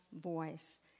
voice